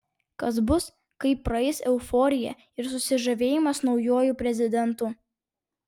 kas bus kai praeis euforija ir susižavėjimas naujuoju prezidentu